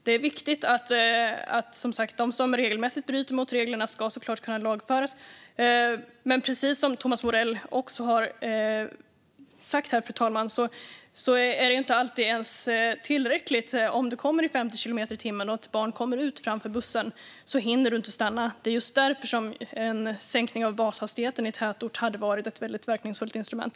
Det är som sagt viktigt att de som regelmässigt bryter mot reglerna kan lagföras, men precis som Thomas Morell har sagt här, fru talman, är detta inte alltid tillräckligt. Den som kommer i 50 kilometer i timmen när ett barn kliver ut framför bussen hinner inte stanna. Det är därför en sänkning av bashastigheten i tätort hade varit ett verkningsfullt instrument.